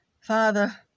Father